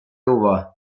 iowa